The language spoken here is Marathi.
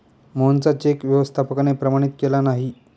मोहनचा चेक व्यवस्थापकाने प्रमाणित केला नाही